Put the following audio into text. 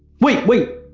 wait, wait,